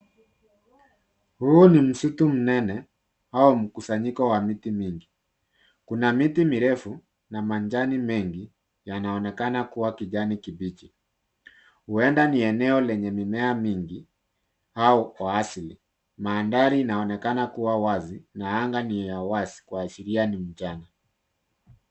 Huu ni msitu mnene au mkusanyiko wa miti mingi. Kuna miti mirefu na majani mengi yanaonekana kuwa kijani kibichi. Huenda ni eneo lenye mimea mingi au uasili. Mandhari inaonekana kuwa wazi na anga ni ya wazi kuashiria ni mchana.